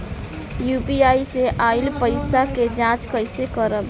UPI से आइल पईसा के जाँच कइसे करब?